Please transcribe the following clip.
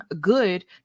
good